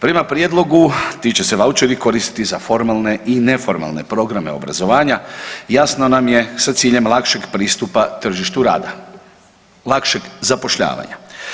Prema prijedlogu ti će se vaučeri koristiti za formalne i neformalne programe obrazovanje, jasno nam je sa ciljem lakšeg pristupa tržištu rada, lakšeg zapošljavanja.